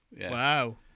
Wow